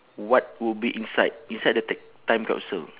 what would be inside inside the ti~ time capsule